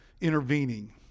intervening